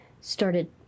started